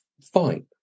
fine